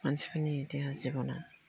मानसिफोरनि देहा जिब'ना